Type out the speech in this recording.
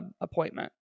appointment